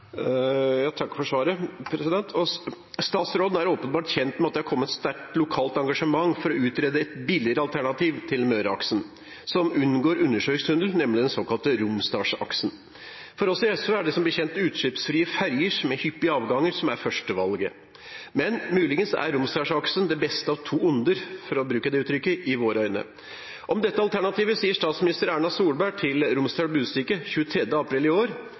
Jeg takker for svaret. Statsråden er åpenbart kjent med at det er et sterkt lokalt engasjement for å utrede et billigere alternativ til Møreaksen, som unngår undersjøisk tunnel, nemlig den såkalte Romsdalsaksen. For oss i SV er det som kjent utslippsfrie ferjer med hyppige avganger som er førstevalget, men i våre øyne er Romsdalsaksen muligens det beste av to onder, for å bruke det uttrykket. Om dette alternativet sier statsminister Erna Solberg til Romsdals Budstikke 23. april i år,